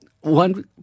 one